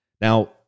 Now